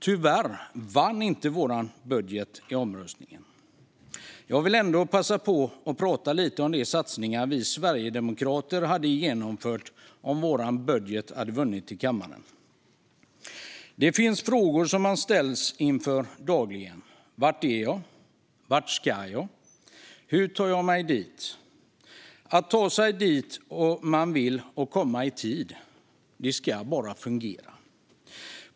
Tyvärr vann inte vår budget i omröstningen. Jag vill ändå passa på att prata lite om de satsningar vi sverigedemokrater hade genomfört om vår budget hade vunnit i kammaren. Det finns frågor som man ställs inför dagligen: Var är jag? Vart ska jag? Hur tar jag mig dit? Att ta sig dit man vill och komma i tid ska bara fungera.